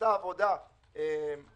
נעשתה עבודה זריזה,